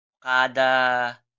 Kada